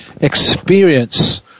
experience